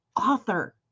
author